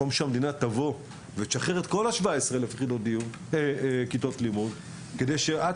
במקום שהמדינה תשחרר את כל 17,000 כיתות הלימוד כדי שעד